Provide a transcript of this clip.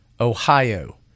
Ohio